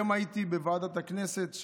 היום הייתי בוועדת הכנסת,